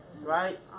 Right